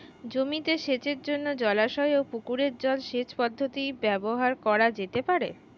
জমিতে সেচের জন্য জলাশয় ও পুকুরের জল সেচ পদ্ধতি ব্যবহার করা যেতে পারে?